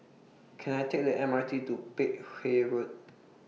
Can I Take The M R T to Peck Hay Road